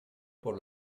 por